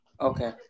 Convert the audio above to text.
Okay